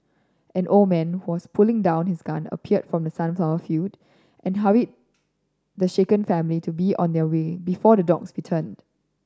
an old man who was putting down his gun appeared from the sunflower field and hurried the shaken family to be on their way before the dogs returned